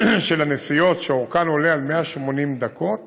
של הנסיעות שאורכן עולה על 180 דקות